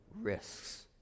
risks